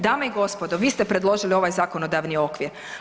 Dame i gospodo, vi ste predložili ovaj zakonodavni okvir.